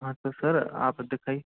हाँ तो सर आप दिखाइए